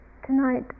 Tonight